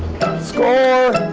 score!